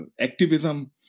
activism